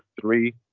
three